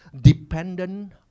dependent